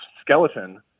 skeleton